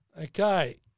Okay